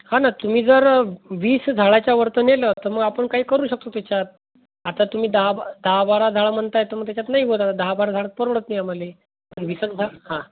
हा ना तुम्ही जर वीस झाडाच्या वरचं नेलं तर मग आपण काही करू शकतो त्याच्यात आता तुम्हीही दहा दहा बारा झाडं म्हणताय तर मग त्याच्यात नाही बोलतता दहा बारा झाडात परवडत नाही आमाले पन विसन झा हां